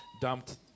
dumped